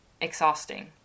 exhausting